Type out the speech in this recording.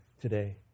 today